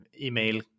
email